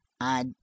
I